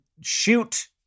shoot